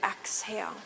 exhale